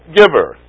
giver